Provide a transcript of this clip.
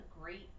great